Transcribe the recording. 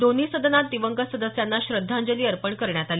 दोन्ही सदनात दिवंगत सदस्यांना श्रद्धांजली अर्पण करण्यात आली